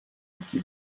iki